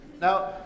Now